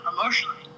emotionally